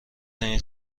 این